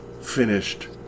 finished